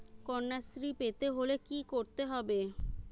কন্যাশ্রী পেতে হলে কি করতে হবে?